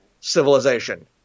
civilization